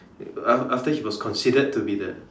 after after he was considered to be the